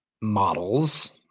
models